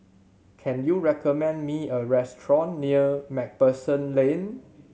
can you recommend me a restaurant near Macpherson Lane